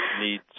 need